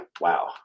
Wow